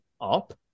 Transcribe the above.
up